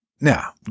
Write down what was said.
Now